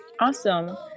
Awesome